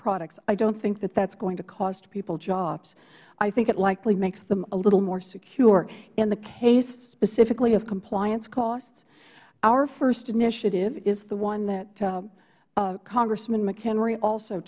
products i don't think that that is going to cost people jobs i think it likely makes them a little more secure in the case specifically of compliance costs our first initiative is the one that congressman